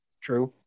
True